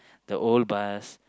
the old bus